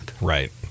Right